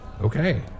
Okay